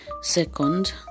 Second